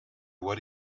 what